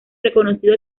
reconocido